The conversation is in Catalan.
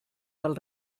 del